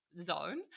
zone